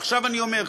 ועכשיו אני אומר פה,